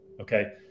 Okay